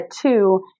two